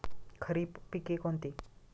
खरीप पिके कोणती?